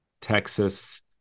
Texas